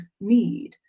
need